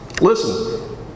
Listen